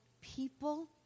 people